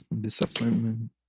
disappointment